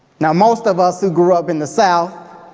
now, most of us who grew up in the south,